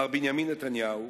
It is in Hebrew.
מר בנימין נתניהו,